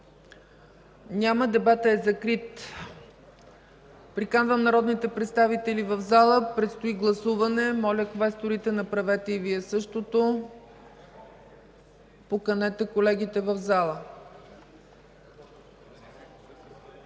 Няма. Дебатът е закрит. Приканвам народните представители в залата, предстои гласуване. Квесторите, моля, направете и Вие същото – поканете колегите в залата.